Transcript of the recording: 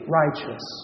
righteous